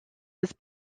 this